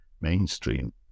mainstream